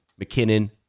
McKinnon